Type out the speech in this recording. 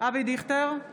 אבי דיכטר,